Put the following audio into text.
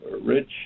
rich